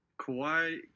Kawhi